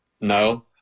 No